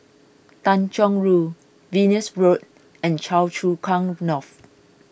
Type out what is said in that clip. Tanjong Rhu Venus Road and Choa Chu Kang North